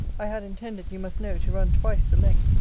i had intended, you must know, to run twice the length,